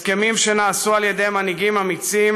הסכמים שנעשו על ידי מנהיגים אמיצים,